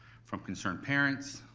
from concerned parents,